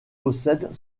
possède